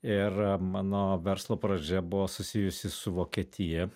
ir mano verslo pradžia buvo susijusi su vokietija